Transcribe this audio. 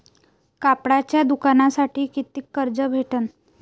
कापडाच्या दुकानासाठी कितीक कर्ज भेटन?